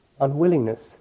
unwillingness